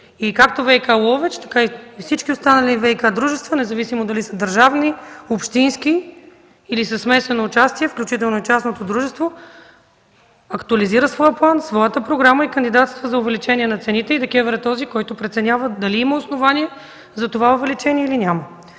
Както ВиК – Ловеч, така и всички останали ВиК дружества независимо дали са държавни, общински или със смесено участие, включително частното дружество, актуализира своя план, своята програма и кандидатства за увеличение на цените и ДКЕВР е тази, която преценява дали има основание за това увеличение или няма.